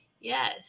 yes